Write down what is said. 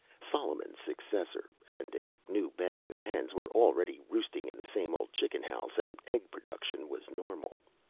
solomon's successor and a new bevy of hens were already roosting in the same old chicken house and egg production was normal.